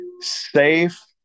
safe